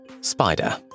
Spider